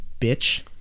bitch